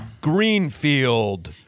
Greenfield